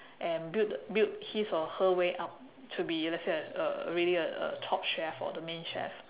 and build build his or her way up to be let's say a really a a top chef or a main chef